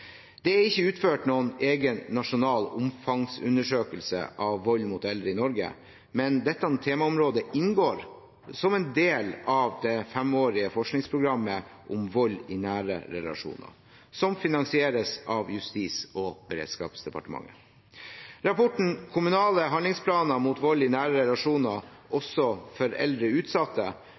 Det er ikke utført noen egen nasjonal omfangsundersøkelse av vold mot eldre i Norge, men dette temaområdet inngår som en del av det femårige forskningsprogrammet om vold i nære relasjoner, som finansieres av Justis- og beredskapsdepartementet. Rapporten «Kommunale handlingsplaner mot vold i nære relasjoner – også for eldre utsatte?»